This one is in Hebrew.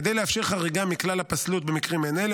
כדי לאפשר חריגה מכלל הפסלות במקרים מעין אלה,